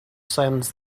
sends